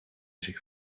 zich